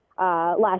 last